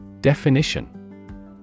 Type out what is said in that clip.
Definition